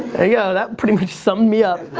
hey yo, that pretty much summed me up.